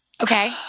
Okay